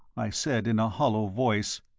i said in a hollow voice.